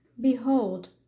Behold